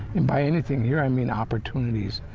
and by anything here i mean opportunities.